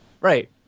Right